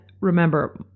remember